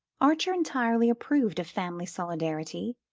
archer entirely approved of family solidarity,